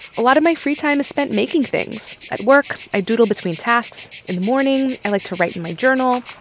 a lot of my free time is spent making things. at work, i doodle between tasks. in the morning, i like to write in my journal.